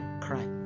cry